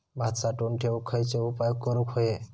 भात साठवून ठेवूक खयचे उपाय करूक व्हये?